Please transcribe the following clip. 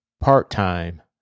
part-time